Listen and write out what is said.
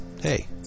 hey